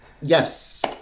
Yes